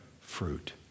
fruit